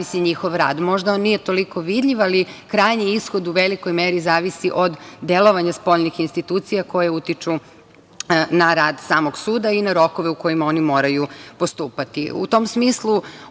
Možda on nije toliko vidljiv, ali krajnji ishod u velikoj meri zavisi od delovanja spoljnih institucija koje utiču na rad samog suda i na rokove u kojima oni moraju postupati.U